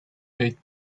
paid